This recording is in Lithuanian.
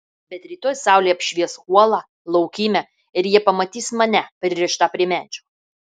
bet rytoj saulė apšvies uolą laukymę ir jie pamatys mane pririštą prie medžio